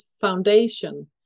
foundation